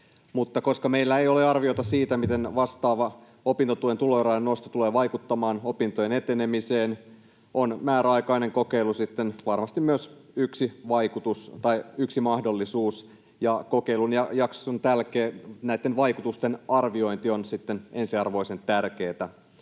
mutta koska meillä ei ole arviota siitä, miten vastaava opintotuen tulorajan nosto tulee vaikuttamaan opintojen etenemiseen, on määräaikainen kokeilu sitten varmasti myös yksi mahdollisuus, ja kokeilujakson jälkeen näitten vaikutusten arviointi on sitten ensiarvoisen tärkeätä.